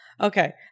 Okay